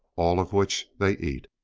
all of which they eat.